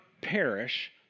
perish